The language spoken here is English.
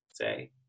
say